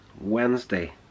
Wednesday